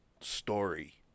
story